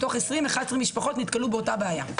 11 משפחות מתוך 20 נתקלו באותה בעיה.